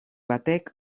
batek